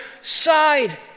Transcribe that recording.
side